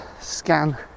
scan